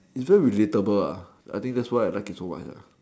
it's very relatable I think that's why I like it so much